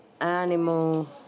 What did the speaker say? animal